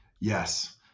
Yes